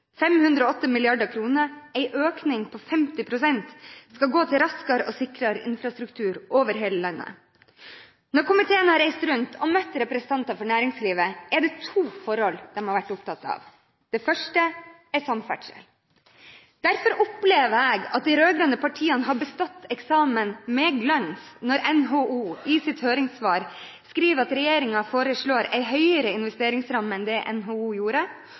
508 mrd. kr – en økning på 50 pst. – skal gå til raskere og sikrere infrastruktur over hele landet. Når komiteen har reist rundt og møtt representanter fra næringslivet, er det to forhold man har vært opptatt av. Det første er samferdsel. Derfor opplever jeg at de rød-grønne partiene har bestått eksamen med glans når NHO i sitt høringssvar skriver at regjeringen foreslår en høyere investeringsramme enn det NHO gjorde,